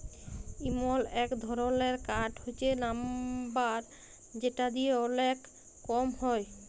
এমল এক ধরলের কাঠ হচ্যে লাম্বার যেটা দিয়ে ওলেক কম হ্যয়